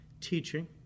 teaching